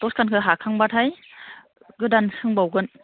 दसखानखौ हाखांबाथाय गोदान सोंबावगोन